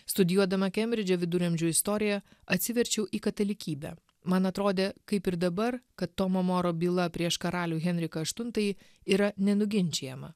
studijuodama kembridže viduramžių istoriją atsiverčiau į katalikybę man atrodė kaip ir dabar kad tomo moro byla prieš karalių henriką aštuntąjį yra nenuginčijama